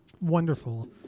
wonderful